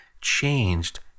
changed